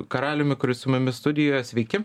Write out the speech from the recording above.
karaliumi kuris su mumis studijoje sveiki